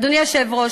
אדוני היושב-ראש,